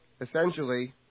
Essentially